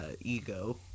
ego